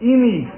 Imi